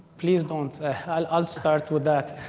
please don't. i'll i'll start with that.